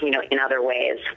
you know in other ways